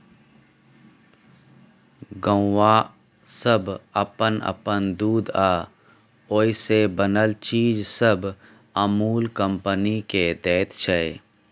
गौआँ सब अप्पन अप्पन दूध आ ओइ से बनल चीज सब अमूल कंपनी केँ दैत छै